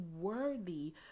worthy